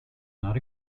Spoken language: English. not